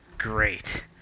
great